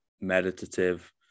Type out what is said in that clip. meditative